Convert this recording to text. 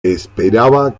esperaba